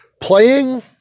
playing